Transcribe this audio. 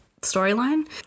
storyline